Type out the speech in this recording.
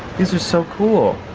these are so cool.